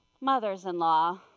Mother's-in-law